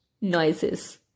noises